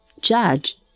Judge